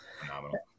phenomenal